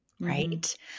right